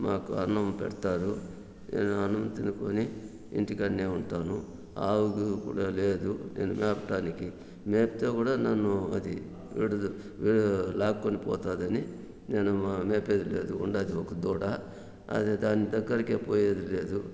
మాకు అన్నం పెడతాడు నేను అన్నం తినుకుని ఇంటి దగ్గరే ఉంటాను ఆవులు కూడా లేదు నేను మేపటానికి మేపితే కూడా నన్ను అది విడుదల విడు లాక్కొని పోతుందని నేను మేపేది లేదు ఉండాది ఒక దూడ అది దాని దగ్గరికే పోయేది లేదు